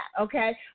okay